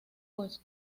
pues